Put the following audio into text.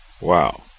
Wow